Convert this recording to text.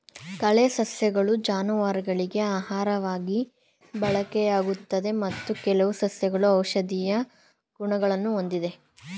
ಕಳೆ ಸಸ್ಯಗಳು ಜಾನುವಾರುಗಳಿಗೆ ಆಹಾರವಾಗಿ ಬಳಕೆಯಾಗುತ್ತದೆ ಮತ್ತು ಕೆಲವು ಸಸ್ಯಗಳು ಔಷಧೀಯ ಗುಣಗಳನ್ನು ಹೊಂದಿವೆ